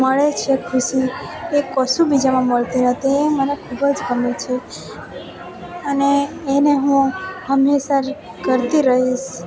મળે છે ખુશી એ કશું બીજામાં મળતી નથી એ મને ખૂબ જ ગમે છે અને એને હું હંમેશાં કરતી રહીશ